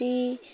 ᱛᱤ